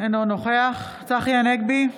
אינו נוכח צחי הנגבי,